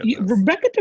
Rebecca